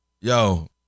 Yo